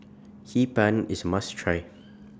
Hee Pan IS A must Try